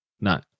No